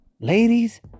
Ladies